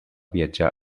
viatjar